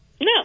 No